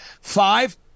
Five